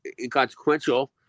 inconsequential